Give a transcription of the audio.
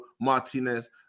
Martinez